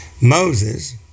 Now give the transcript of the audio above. Moses